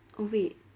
oh wait